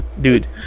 dude